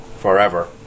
forever